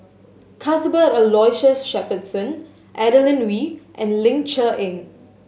Cuthbert Aloysius Shepherdson Adeline Ooi and Ling Cher Eng